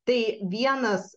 tai vienas